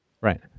Right